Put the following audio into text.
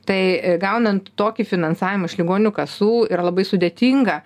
tai gaunant tokį finansavimą iš ligonių kasų yra labai sudėtinga